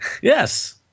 Yes